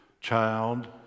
child